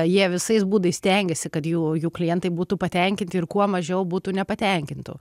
jie visais būdais stengiasi kad jų jų klientai būtų patenkinti ir kuo mažiau būtų nepatenkintų